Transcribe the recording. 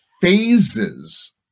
phases